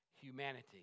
humanity